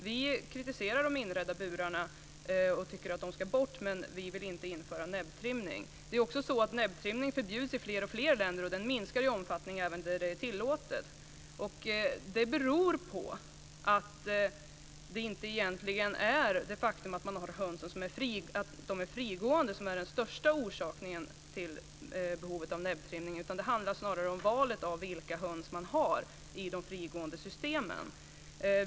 Vi kritiserar de inredda burarna och tycker att de ska bort, men vi vill inte införa näbbtrimning. Näbbtrimning förbjuds i fler och fler länder, och den minskar i omfattning även där det är tillåtet. Det beror på att det egentligen inte är det faktum att hönsen är frigående som är den största orsaken till behovet av näbbtrimning, utan det handlar snarare om valet av vilka höns man har i de frigående systemen.